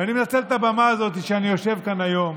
ואני מנצל את הבמה הזאת שאני יושב כאן היום